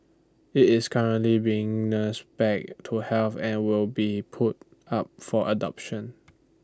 IT is currently being nursed back to health and will be put up for adoption